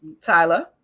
Tyler